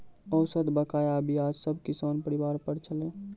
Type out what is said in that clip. औसत बकाया ब्याज सब किसान परिवार पर छलै